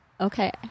Okay